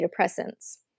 antidepressants